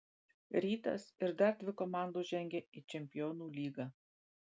rytas ir dar dvi komandos žengia į čempionų lygą